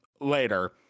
later